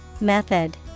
Method